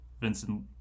Vincent